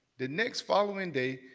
the next following day,